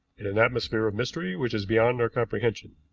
in an atmosphere of mystery which is beyond our comprehension.